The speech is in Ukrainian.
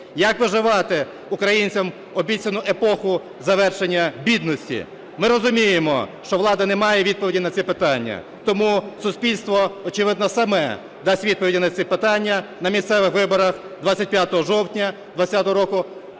Як виживати українцям в обіцяну епоху завершення бідності? Ми розуміємо, що влада не має відповіді на ці питання. Тому суспільство, очевидно, саме дасть відповіді на ці питання на місцевих виборах 25 жовтня 20-го року,